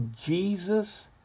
Jesus